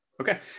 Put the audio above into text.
Okay